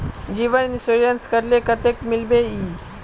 जीवन इंश्योरेंस करले कतेक मिलबे ई?